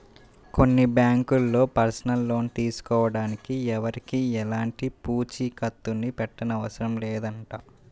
కొన్ని బ్యాంకుల్లో personal loan తీసుకోడానికి ఎవరికీ ఎలాంటి పూచీకత్తుని పెట్టనవసరం లేదంట